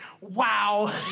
Wow